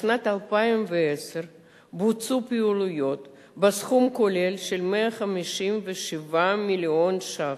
בשנת 2010 בוצעו פעילויות בסכום כולל של 157 מיליון ש"ח.